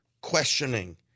questioning